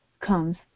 comes